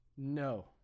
No